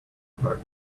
about